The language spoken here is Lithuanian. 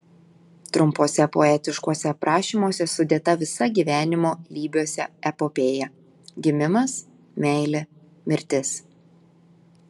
trumpuose poetiškuose aprašymuose sudėta visa gyvenimo lybiuose epopėja gimimas meilė mirtis